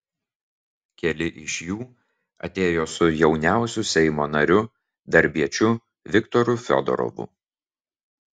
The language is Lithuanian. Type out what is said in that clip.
keli iš jų atėjo su jauniausiu seimo nariu darbiečiu viktoru fiodorovu